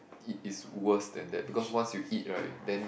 it is worse than that because once you eat right then